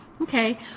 Okay